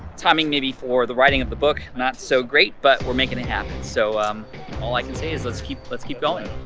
timing maybe for the writing of the book, not so great, but we're making it happen. so um all i can say is let's keep let's keep goin'.